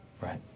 Right